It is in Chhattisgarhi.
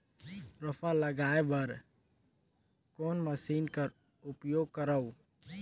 रोपा लगाय बर कोन मशीन कर उपयोग करव?